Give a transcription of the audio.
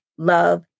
love